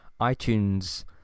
iTunes